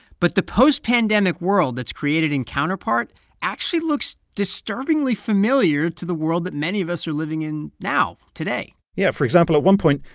but the post-pandemic world that's created in counterpart actually looks disturbingly familiar to the world that many of us are living in now today yeah. for example, at one point,